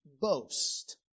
boast